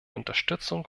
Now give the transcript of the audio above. unterstützung